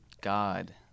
God